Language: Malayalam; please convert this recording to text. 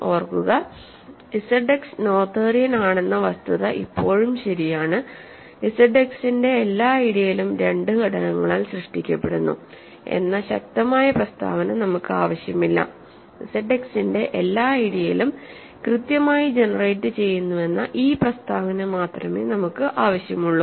ഓർക്കുക ഇസഡ് എക്സ് നോതേറിയൻ ആണെന്ന വസ്തുത ഇപ്പോഴും ശരിയാണ് ഇസഡ് എക്സ് ന്റെ എല്ലാ ഐഡിയലും 2 ഘടകങ്ങളാൽ സൃഷ്ടിക്കപ്പെടുന്നു എന്ന ശക്തമായ പ്രസ്താവന നമുക്ക് ആവശ്യമില്ല ഇസഡ്എക്സിന്റെ എല്ലാ ഐഡിയലും കൃത്യമായി ജനറേറ്റുചെയ്യുന്നുവെന്ന ഈ പ്രസ്താവന മാത്രമേ നമുക്ക് ആവശ്യമുള്ളൂ